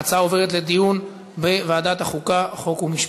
ההצעה עוברת לדיון בוועדת החוקה, חוק ומשפט.